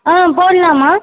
ஆ போடலாம்மா